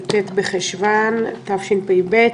י"ט בחשוון התשפ"ב.